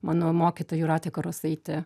mano mokytoja jūratė karosaitė